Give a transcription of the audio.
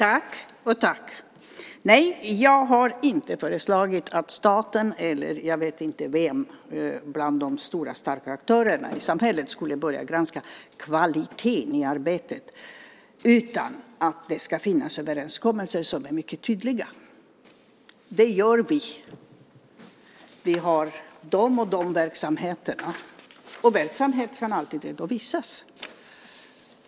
Fru talman! Nej, jag har inte sagt att staten eller någon av de stora starka aktörerna i samhället ska börja granska kvaliteten i arbetet utan att det finns överenskommelser som är mycket tydliga. Det gäller hos oss. Vi har de och de verksamheterna, och verksamhet kan alltid redovisas.